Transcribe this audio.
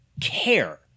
care